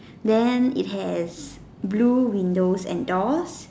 then it has blue windows and doors